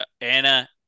Anna